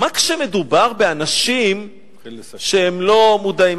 ומה כשמדובר באנשים שהם לא מודעים?